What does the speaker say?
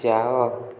ଯାଅ